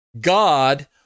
God